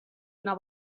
una